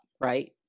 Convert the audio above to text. Right